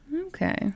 Okay